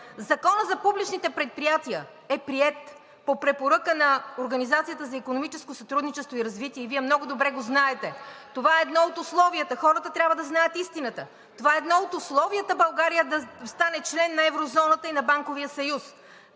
Законът за публичните предприятия е приет по препоръка на Организацията за икономическо сътрудничество и развитие и вие много добре го знаете. Това е едно от условията. Хората трябва да знаят истината. Това е едно от условията България да стане член на еврозоната и на Банковия съюз.